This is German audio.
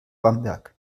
bamberg